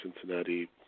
Cincinnati